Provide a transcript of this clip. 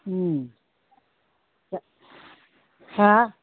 दा हा